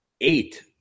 eight